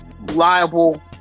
liable